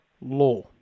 law